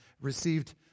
received